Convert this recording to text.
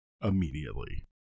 immediately